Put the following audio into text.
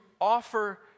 offer